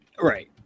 right